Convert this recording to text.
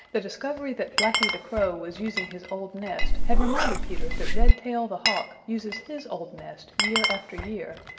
the discovery that blacky the crow was using his old nest had reminded peter that redtail the hawk uses his old nest year after year,